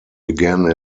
began